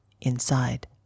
inside